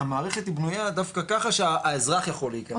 המערכת היא בנויה דווקא ככה שהאזרח יכול להיכנס,